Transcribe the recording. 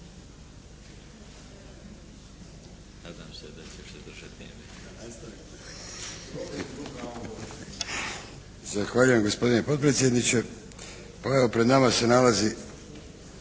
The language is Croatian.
Zahvaljujem gospodine potpredsjedniče. Pa evo pred nama se nalazi